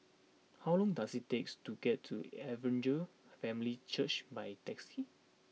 how long does it take to get to Evangel Family Church by taxi